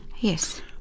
Yes